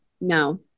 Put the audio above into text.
No